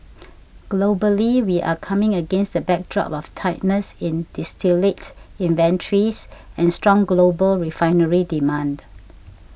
globally we're coming against the backdrop of tightness in distillate inventories and strong global refinery demand